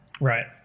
Right